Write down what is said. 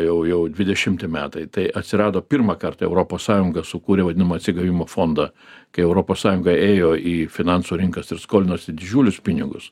jau jau dvidešimti metai tai atsirado pirmą kartą europos sąjunga sukūrė vadinamą atsigavimo fondą kai europos sąjunga ėjo į finansų rinkas ir skolinosi didžiulius pinigus